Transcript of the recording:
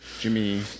Jimmy